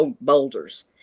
boulders